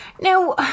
now